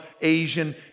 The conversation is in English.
Asian